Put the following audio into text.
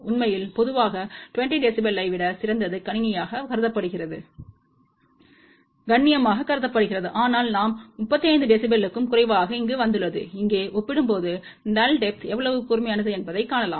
உண்மையில் பொதுவாக 20 dBயை விட சிறந்தது கண்ணியமாக கருதப்படுகிறது ஆனால் நாம் 35 dB க்கும் குறைவாக இங்கு வந்துள்ளது இங்கே ஒப்பிடும்போது நல் டெப்த் எவ்வளவு கூர்மையானது என்பதைக் காணலாம்